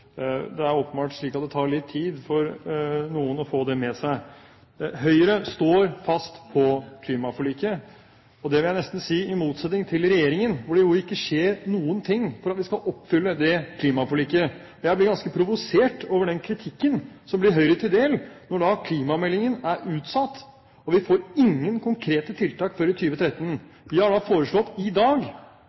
Det er åpenbart slik at det tar litt tid for noen å få det med seg. Høyre står fast på klimaforliket, og jeg vil nesten si i motsetning til regjeringen, da det jo ikke skjer noen ting for at de skal oppfylle klimaforliket. Jeg blir ganske provosert over den kritikken som blir Høyre til del, når da klimameldingen er utsatt, og vi ikke får noen konkrete tiltak før i 2013. Vi har foreslått i dag